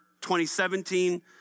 2017